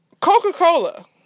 Coca-Cola